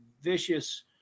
vicious